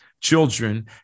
Children